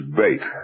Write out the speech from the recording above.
bait